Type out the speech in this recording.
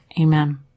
Amen